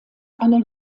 einer